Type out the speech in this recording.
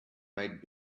might